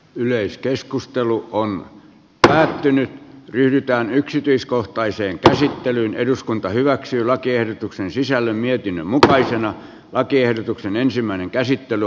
yleiskeskustelu on päättynyt pyritään yksityiskohtaiseen käsittelyyn eduskunta hyväksyi lakiehdotuksen sisällön mietin mutkaisen lakiehdotuksen asiantuntijakuulemisten osalta